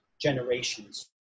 generations